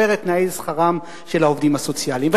את תנאי שכרם של העובדים הסוציאליים.